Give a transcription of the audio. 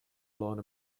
alone